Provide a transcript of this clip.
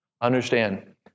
Understand